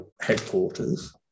headquarters